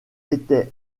étaient